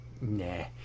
nah